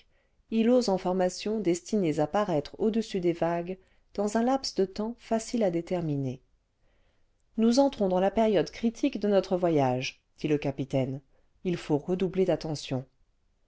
îlots en formation destinés à paraître au-dessus des vagues dans un laps de temps facile à déterminer ce nous entrons dans la période critique de notre voyage dit le capitaine il faut redoubler d'attention